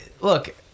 look